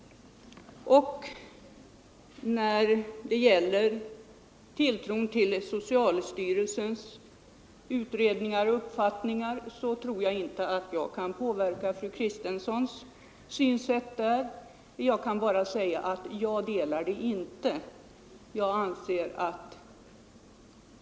Vad beträffar tilltron till socialstyrelsens utredningar och uppfattningar kan jag nog inte påverka fru Kristensson. Jag kan bara säga att jag inte delar hennes synsätt.